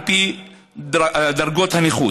על פי דרגות הנכות.